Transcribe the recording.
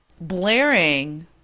blaring